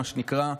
מה שנקרא,